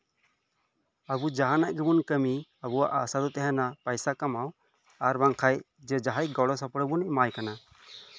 ᱟᱵᱚ ᱡᱟᱦᱟᱱᱟᱜ ᱜᱮᱵᱚᱱ ᱠᱟᱹᱢᱤ ᱟᱵᱚᱱᱟᱜ ᱟᱥᱟ ᱫᱚ ᱛᱟᱦᱮᱱᱟ ᱯᱚᱭᱥᱟ ᱠᱟᱢᱟᱣ ᱟᱨ ᱵᱟᱝᱠᱷᱟᱱ ᱡᱟᱦᱟᱭ ᱜᱚᱲᱚ ᱥᱚᱯᱚᱦᱚᱫ ᱵᱚᱱ ᱮᱢᱟᱭ ᱠᱟᱱᱟ